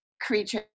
creature